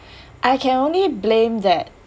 I can only blame that